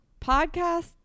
Podcast